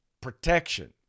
protection